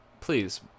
Please